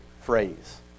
phrase